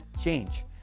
change